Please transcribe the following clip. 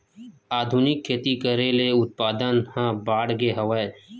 आधुनिक खेती करे ले उत्पादन ह बाड़गे हवय